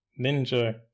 Ninja